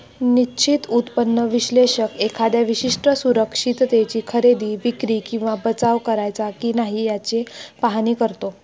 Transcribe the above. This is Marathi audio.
निश्चित उत्पन्न विश्लेषक एखाद्या विशिष्ट सुरक्षिततेची खरेदी, विक्री किंवा बचाव करायचा की नाही याचे पाहणी करतो